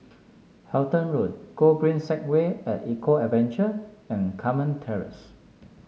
Halton Road Gogreen Segway at Eco Adventure and Carmen Terrace